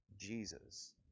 Jesus